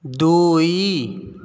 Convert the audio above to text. ଦୁଇ